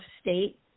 State